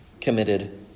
committed